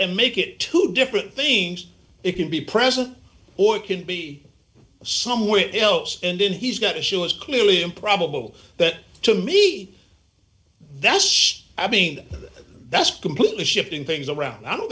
and make it two different things it can be present or it can be somewhere else and then he's got to show us clearly improbable that to me that's i mean that's completely shifting things around i don't